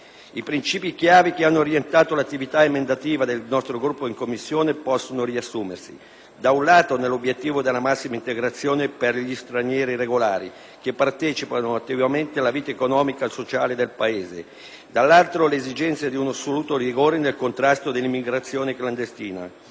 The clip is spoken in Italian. I principi chiave che hanno orientato l'attività emendativa del nostro Gruppo in Commissione possono riassumersi, da un lato, nell'obiettivo della massima integrazione per gli stranieri regolari, che partecipano attivamente alla vita economica e sociale del Paese e, dall'altro lato, nell'esigenza di un assoluto rigore nel contrasto dell'immigrazione clandestina.